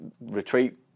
retreat